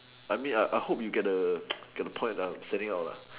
I mean I I hope you get the get the of point of setting up lah